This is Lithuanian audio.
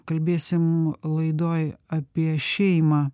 kalbėsim laidoj apie šeimą